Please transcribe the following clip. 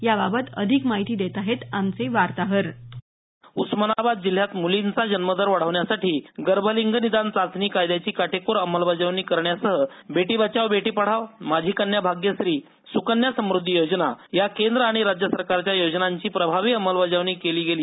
याबाबत अधिक माहिती देत आहेत आमचे वार्ताहर उस्मानाबाद जिल्ह्यात मुलींचा जन्मदर वाढविण्यासाठी गर्भलिंग निदान चाचणी कायद्याची काटेकोर अंमलबजावणी करण्यासह बेटी बचाव बेटी पढाव माझी कन्या भाग्यश्री सुकन्या समुद्धी योजना या केंद्र आणि राज्य सरकारच्या योजनांची प्रभावी अंमलबजावणी केली गेली